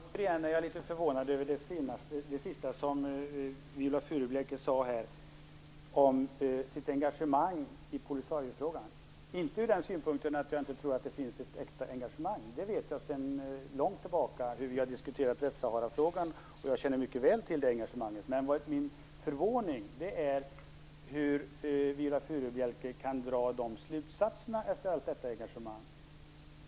Fru talman! Jag är återigen litet förvånad över det sista som Viola Furubjelke sade när det gäller hennes engagemang i Polisariofrågan. Inte för att jag inte tror att det finns ett äkta engagemang. Jag känner mycket väl till det engagemanget sedan långt tillbaka då vi diskuterat Västsaharafrågan. Min förvåning gäller hur Viola Furubjelke kan dra de slutsatser hon drar efter allt detta engagemang.